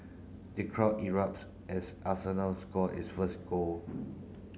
the crowd erupts as Arsenal score its first goal